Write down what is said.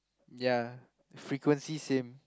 ya frequency same